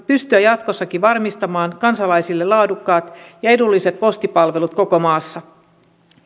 pystyä jatkossakin varmistamaan kansalaisille laadukkaat ja edulliset postipalvelut koko maassa